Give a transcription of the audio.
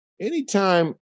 anytime